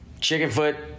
Chickenfoot